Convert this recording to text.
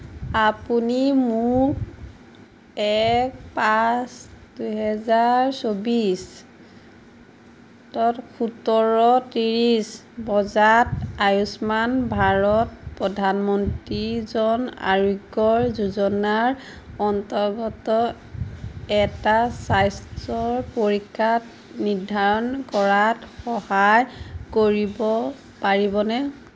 আপুনি মোক এক পাঁচ দুহেজাৰ চৌবিছত সোতৰ ত্ৰিছ বজাত আয়ুষ্মান ভাৰত প্ৰধানমন্ত্ৰী জন আৰোগ্যৰ যোজনাৰ অন্তৰ্গত এটা স্বাস্থ্য পৰীক্ষাত নিৰ্ধাৰণ কৰাত সহায় কৰিব পাৰিবনে